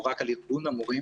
או רק על ארגון המורים.